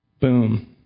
Boom